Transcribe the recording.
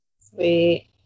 Sweet